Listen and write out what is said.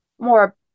more